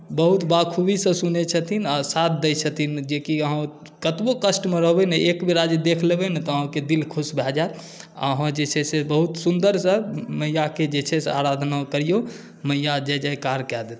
बहुत बखूबीसँ सुनैत छथिन आ साथ दैत छथिन जे कि अहाँ कतबहु कष्टमे रहबै ने तऽ एक बेरा जे देख लेबै ने तऽ अहाँके दिल खुश भए जायत आ अहाँ जे छै से बहुत सुन्दरसँ मैयाके जे छै से आराधना करियौ मैया जय जयकार कए देतथि